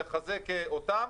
לחזק אותם,